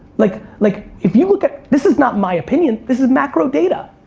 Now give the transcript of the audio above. like like, if you look at, this is not my opinion, this is macro data.